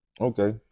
okay